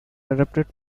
adapted